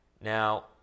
Now